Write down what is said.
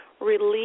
Release